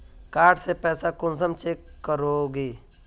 Card से पैसा कुंसम चेक करोगी?